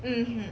mmhmm